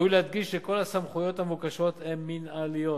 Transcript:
ראוי להדגיש שכל הסמכויות המבוקשות הן מינהליות,